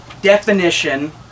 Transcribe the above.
definition